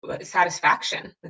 satisfaction